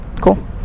cool